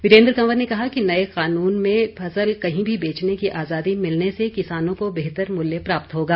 वीरेन्द्र कंवर ने कहा कि नए कानून में फसल कहीं भी बेचने की आज़ादी मिलने से किसानों को बेहतर मूल्य प्राप्त होगा